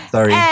Sorry